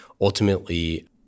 ultimately